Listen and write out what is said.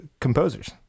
composers